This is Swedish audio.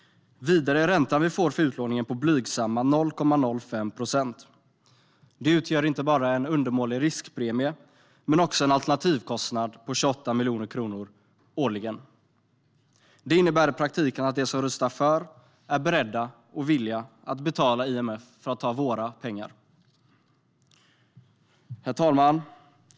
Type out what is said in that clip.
Vidare är räntan vi får för utlåningen blygsamma 0,05 procent. Det utgör inte bara en undermålig riskpremie utan också en alternativkostnad på 28 miljoner kronor årligen. Det innebär i praktiken att de som röstar för är beredda och villiga att betala IMF för att ta våra pengar. Herr talman!